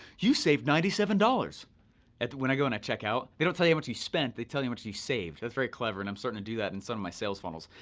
you saved ninety seven dollars when i go and i check out. they don't tell you how much you spent, they tell you how much you saved. that's very clever and i'm starting to do that in some of my sales funnels.